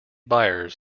buyers